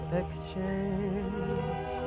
exchange